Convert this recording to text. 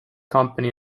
company